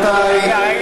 רבותי,